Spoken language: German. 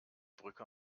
brücke